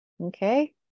Okay